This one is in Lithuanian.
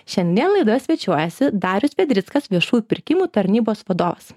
šiandien laidoje svečiuojasi darius vedrickas viešųjų pirkimų tarnybos vadovas